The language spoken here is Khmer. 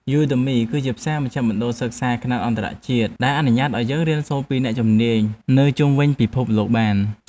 យូដឺមី គឺជាផ្សារមជ្ឈមណ្ឌលសិក្សាខ្នាតអន្តរជាតិដែលអនុញ្ញាតឱ្យយើងរៀនសូត្រពីអ្នកជំនាញនៅជុំវិញពិភពលោកបាន។